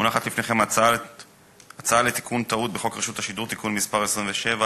מונחת לפניכם הצעה לתיקון טעויות בחוק רשות השידור (תיקון מס' 27),